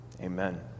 Amen